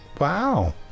Wow